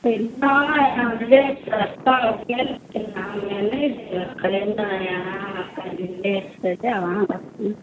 नहि कनि लेटसँ जाउ कनि लेटसँ जाउ अहाँ